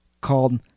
called